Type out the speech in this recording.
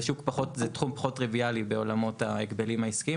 זה תחום פחות טריוויאלי בעולמות ההגבלים העסקיים.